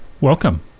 Welcome